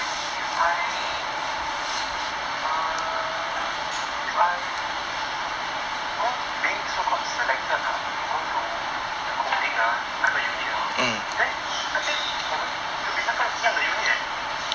then if I err if I both being so called selected ah to go to the coding ah 那个 unit hor then I think 我们 should be 那个一样的 unit eh